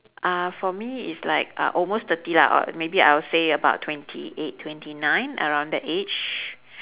uh for me is like uh almost thirty lah or maybe I will say about twenty eight twenty nine around that age